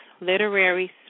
Literary